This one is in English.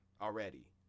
already